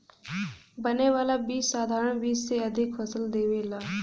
बने वाला बीज साधारण बीज से अधिका फसल देवेला